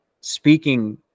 speaking